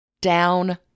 down